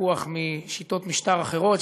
לקוח משיטות משטר אחרות,